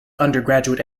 undergraduate